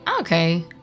Okay